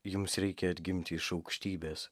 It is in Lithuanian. jums reikia atgimti iš aukštybės